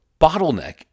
bottleneck